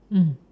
mm